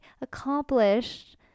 accomplished